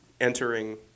entering –